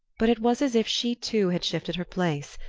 but it was as if she too had shifted her place,